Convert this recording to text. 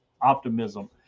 optimism